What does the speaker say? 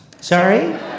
Sorry